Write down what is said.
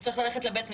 צריך ללכת לבית המשפט?